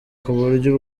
kuburyo